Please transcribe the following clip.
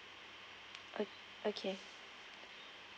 okay